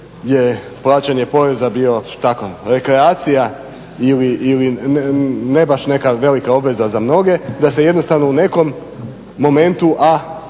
kojoj je plaćanje poreza bio tako rekreacija ili ne baš neka velika obveza za mnoge da se jednostavno u nekom momentu,